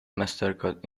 mastercard